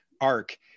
arc